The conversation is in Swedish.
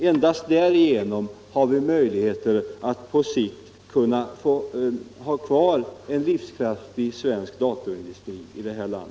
Endast därigenom har vi möjligheter att på sikt få ha kvar en livskraftig svensk datorindustri.